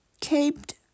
Caped